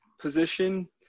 position